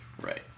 Right